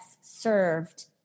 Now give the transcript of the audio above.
served